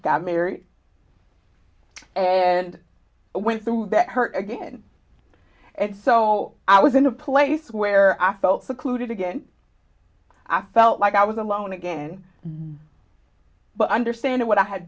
got married and went through that hurt again and so i was in a place where i felt secluded again i felt like i was alone again but understand what i had